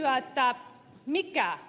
voikin kysyä